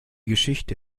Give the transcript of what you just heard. geschichte